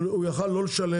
הוא יכול היה לא לשלם.